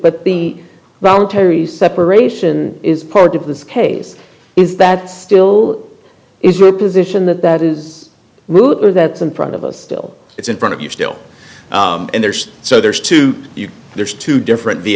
but the voluntary separation is part of this case is that still is your position that that is that some proud of us still it's in front of you still and there's so there's two you there's two different v